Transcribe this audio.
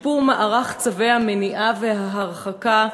שיפור מערך צווי המניעה וההרחקה,